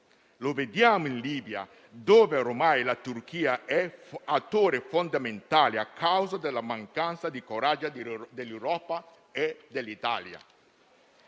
vedere in Libia, dove ormai la Turchia è attore fondamentale a causa della mancanza di coraggio dell'Europa e dell'Italia.